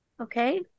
okay